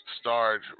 start